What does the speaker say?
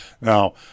Now